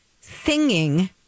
singing